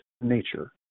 nature